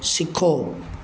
सिखो